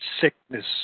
sickness